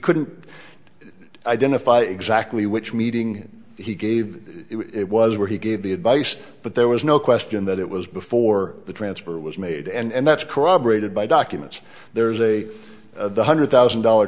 couldn't identify exactly which meeting he gave it was where he gave the advice but there was no question that it was before the transfer was made and that's corroborated by documents there's a one hundred thousand dollar